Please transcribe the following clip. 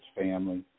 family